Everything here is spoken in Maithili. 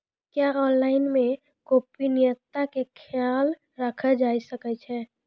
क्या ऑनलाइन मे गोपनियता के खयाल राखल जाय सकै ये?